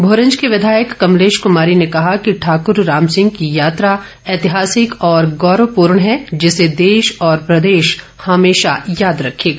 भोरंज की विधायक कमलेश कुमारी ने कहा कि ठाकुर राम सिंह की यात्रा ऐतिहासिक और गौरवपूर्ण है जिसे देश और प्रदेश हमेशा याद रखेगा